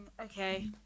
okay